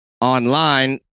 online